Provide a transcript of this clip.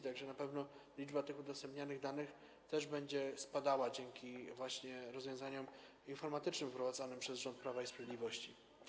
Tak że na pewno liczba tych udostępnianych danych będzie spadała dzięki rozwiązaniom informatycznym wprowadzanym przez rząd Prawa i Sprawiedliwości.